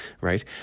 right